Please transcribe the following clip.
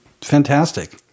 Fantastic